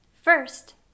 First